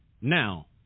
Now